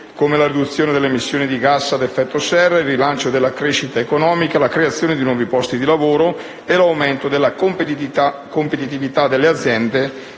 come la riduzione delle emissioni di gas ad effetto serra, il rilancio della crescita economica, la creazione di nuovi posti di lavoro e l'aumento della competitività delle aziende